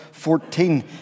14